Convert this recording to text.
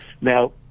Now